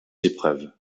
épreuves